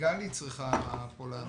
גלי צריכה לענות פה.